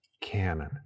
Canon